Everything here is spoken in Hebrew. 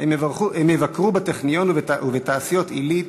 הם יבקרו בטכניון ובתעשיות עילית.